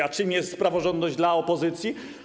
A czym jest praworządność dla opozycji?